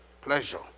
Pleasure